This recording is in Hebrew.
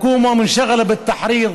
ממשלה שגורלה ליפול,